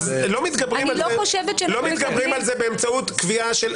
לא מתגברים על זה באמצעות קביעה.